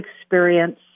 experience